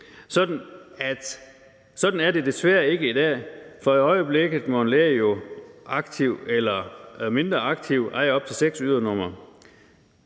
Sådan er det desværre ikke i dag, for i øjeblikket må en læge jo aktivt eller mindre aktivt eje op til seks ydernumre.